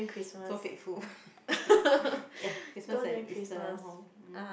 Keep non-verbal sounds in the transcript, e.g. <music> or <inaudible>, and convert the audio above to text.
so faithful <laughs> ya Christmas and Easter hor